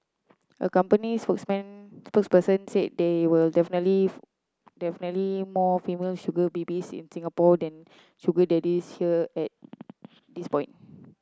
a company spokesman spokesperson said there were definitely definitely more female sugar babies in Singapore than sugar daddies here at this point